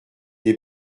des